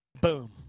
Boom